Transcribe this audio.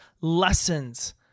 lessons